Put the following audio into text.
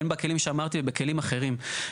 בין בכלים שאמרתי ובכלים אחרים.